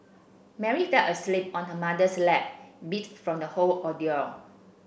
Mary fell asleep on her mother's lap beat from the whole ordeal